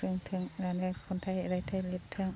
रोंथों होननानै खन्थाइ रायथाय लिरथों